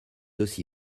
aussi